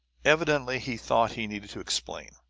evidently he thought he needed to explain.